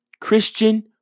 Christian